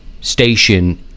station